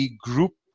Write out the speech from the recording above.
group